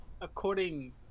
According